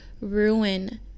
ruin